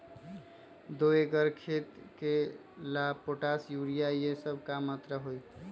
दो एकर खेत के ला पोटाश, यूरिया ये सब का मात्रा होई?